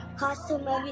costume